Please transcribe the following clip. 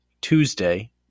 Tuesday